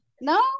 No